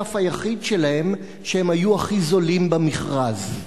המשותף היחיד שלהם הוא שהם היו הכי זולים במכרז.